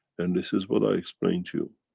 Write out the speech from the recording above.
and this is what i explained to you.